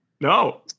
No